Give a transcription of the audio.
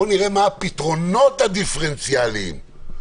נראה מה הפתרונות הדיפרנציאליים,